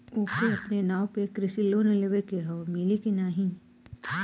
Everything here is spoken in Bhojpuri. ओके अपने नाव पे कृषि लोन लेवे के हव मिली की ना ही?